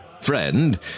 friend